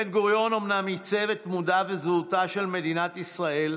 בן-גוריון אומנם עיצב את דמותה וזהותה של מדינת ישראל,